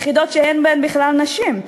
יחידות שאין בהן בכלל נשים,